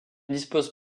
disposent